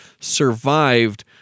survived